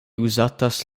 uzatas